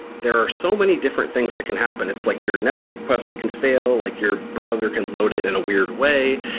there are so many different things that can happen. it's like your network quest can fail, like your browser can load it in a weird way.